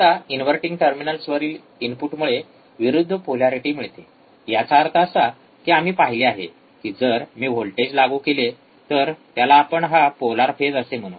आता इनव्हर्टिंग टर्मिनल्सवरील इनपुटमुळे विरुद्ध पोलॅरिटी मिळते याचा अर्थ असा की आम्ही पाहिले आहे की जर मी व्होल्टेज लागू केले तर त्याला आपण हा पोलार फेज असे म्हणू